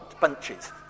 bunches